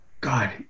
God